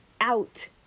out